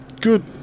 good